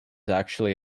actually